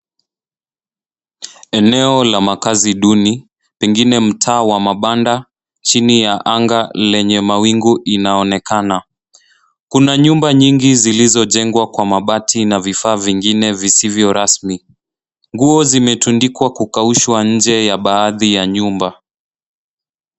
Eneo la makaazi duni pengine mtaa wa mabanda chini ya anga lenye mawingu inaonekana. Kuna nyumba nyingi zilizojengwa kwa mabati na vifaa vingine visivyo rasmi. Nguo zimetundikwa kukaushwa nje ya baadhi ya nyumba.